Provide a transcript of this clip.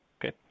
Okay